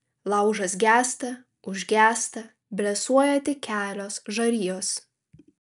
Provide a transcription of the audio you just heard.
laužas gęsta užgęsta blėsuoja tik kelios žarijos